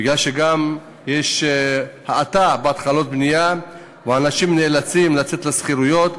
מפני שגם יש האטה בהתחלות בנייה ואנשים נאלצים לצאת לשכירויות,